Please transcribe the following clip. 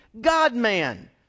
God-man